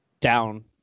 down